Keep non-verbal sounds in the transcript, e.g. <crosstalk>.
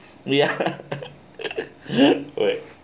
ya <laughs> alright